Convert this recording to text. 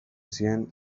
zien